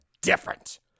different